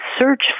search